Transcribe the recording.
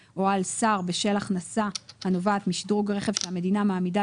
בשל הכנסה הנובעת משדרוג רכב שהמדינה משדרוג רכב לצורכימעמידה